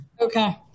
Okay